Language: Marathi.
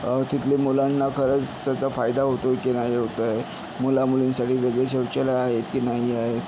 तिथल्या मुलांना खरंच त्याचा फायदा होतो आहे की नाही होतो आहे मुला मुलींसाठी वेगळी शौचालयं आहेत की नाही आहे